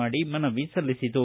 ಮಾಡಿ ಮನವಿ ಸಲ್ಲಿಸಿತು